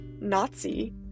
Nazi